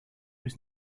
was